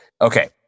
Okay